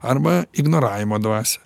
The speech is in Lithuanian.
arba ignoravimo dvasią